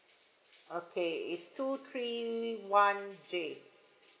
okay it's two three one J